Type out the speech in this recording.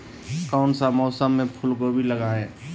कौन सा मौसम में फूलगोभी लगाए?